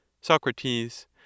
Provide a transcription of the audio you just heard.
Socrates